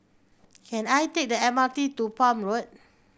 can I take the M R T to Palm Road